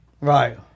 Right